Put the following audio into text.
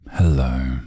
Hello